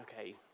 okay